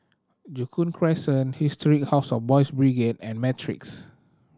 Joo Koon Crescent Historic House of Boys' Brigade and Matrix